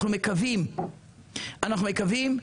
אנחנו מקווים,